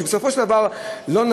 שבסופו של דבר נוציא,